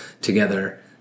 together